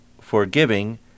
forgiving